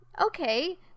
okay